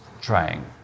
trying